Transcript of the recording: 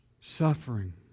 suffering